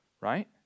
right